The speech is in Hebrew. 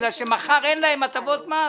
בגלל שמחר אין להם הטבות מס,